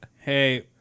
hey